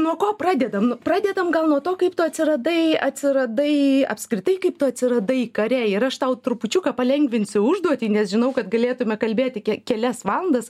nuo ko pradedam pradedam gal nuo to kaip tu atsiradai atsiradai apskritai kaip tu atsiradai kare ir aš tau trupučiuką palengvinsiu užduotį nes žinau kad galėtume kalbėti kelias valandas